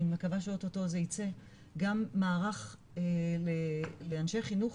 אני מקווה שאוטוטו זה ייצא, גם מערך לאנשי חינוך